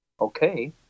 okay